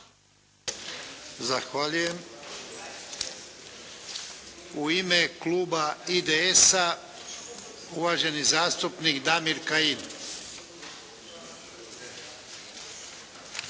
Zahvaljujem. U ime kluba IDS-a uvaženi zastupnik Damir Kajin.